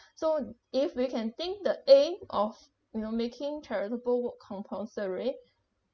so if we can think the aim of you know making charitable work compulsory